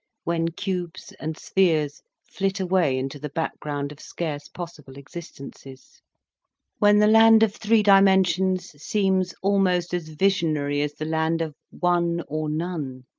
when cubes and spheres flit away into the background of scarce-possible existences when the land of three dimensions seems almost as visionary as the land of one or none